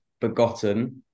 Begotten